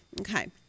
Okay